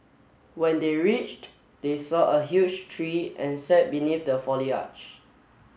when they reached they saw a huge tree and sat beneath the foliage